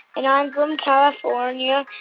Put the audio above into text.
and i'm from california.